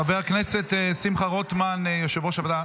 חבר הכנסת שמחה רוטמן, יו"ר הוועדה,